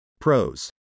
Pros